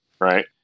Right